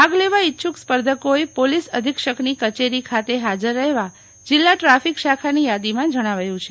ભાગ લેનાર ઈચ્છુક સ્પર્ધકોએ પોલીસ અધિક્ષકની કચેરી ખાતે હાજર રહેવા જિલ્લા ટ્રાફીક શાખાની યાદીમાં જણાવાયું છે